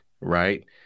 right